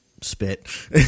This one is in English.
spit